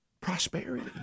prosperity